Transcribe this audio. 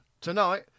tonight